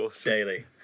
daily